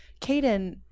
Caden